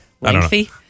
Lengthy